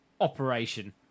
operation